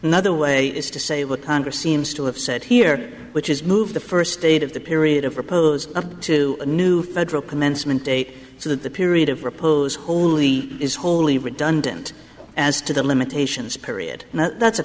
another way is to say look congress seems to have said here which is move the first state of the period of up to a new federal commencement date so that the period of repose only is wholly redundant as to the limitations period and that's